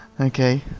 Okay